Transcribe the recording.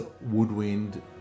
woodwind